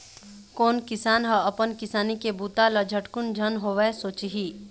कोन किसान ह अपन किसानी के बूता ल झटकुन झन होवय सोचही